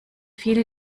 viele